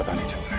ah needs him